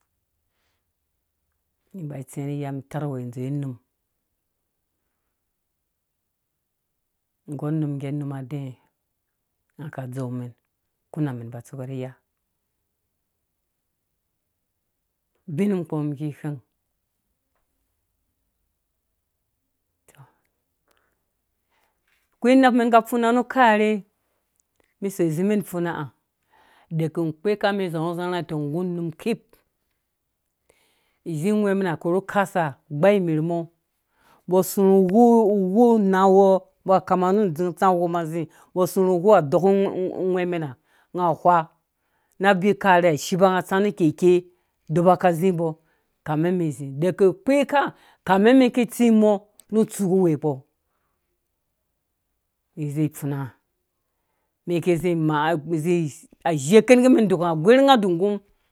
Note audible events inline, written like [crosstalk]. Ki mba tsĩ ni iya mi tarh uwɛ dzowe unum gɔr num ngge num adɛɛ nga ka dzeu mɛn kũna mɛn ba tsuka rhi iya ubin nakpɔ miki whɛng akwai unap men ika fuma nu karhe mɛn zãrhu zãrhã [unintelligible] nggu num ciip idzi ngwhɛ̃ mɛm a korhu kasa gba imerh mɔ mbɔ sũrhũ uwou uwou nawɔ mbɔ koma na dzing tsa uwopa zĩ mbɔ sũrhũ uwou ha dɔkũ ngwhɛ mɛn ha nga awha na abi karhe ha shipa nga nu keke dɔba kã zĩmbɔ kamɛ mɛn zĩ deke kpeka kame mɛn ki tsimɔ mu tsu ku wekpɔ izĩ ifunaha mɛn ki zĩ maa zĩ azhe ken ke mɛn nuku awarhe nga dungum.